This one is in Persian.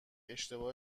اشتباه